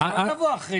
אתה יכול לבוא אחרי כן.